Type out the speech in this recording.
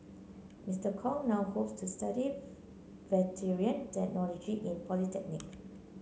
Mister Kong now hopes to study veteran technology in polytechnic